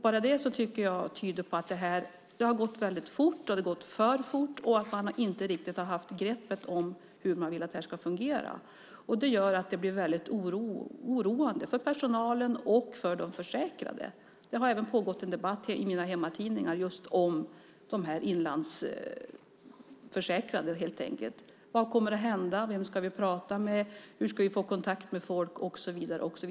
Bara det tycker jag tyder på att det har gått väldigt fort. Det har gått för fort. Man har inte riktigt haft greppet om hur man vill att det ska fungera. Det oroar personalen och de försäkrade. Det har pågått en debatt i mina hemmatidningar om de inlandsförsäkrade. Vad kommer att hända? Vem ska vi prata med? Hur ska vi få kontakt med folk?